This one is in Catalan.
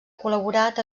col·laborat